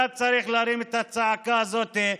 אתה צריך להרים את הצעקה הזאת.